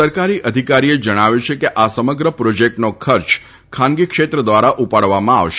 સરકારી અધિકારીએ જણાવ્યું છે કે આ સમગ્ર પ્રોજેક્ટનો ખર્ચ ખાનગી ક્ષેત્ર દ્વારા ઉપાડવામાં આવશે